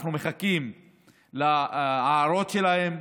אנחנו מחכים להערות שלהם,